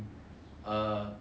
like